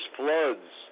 floods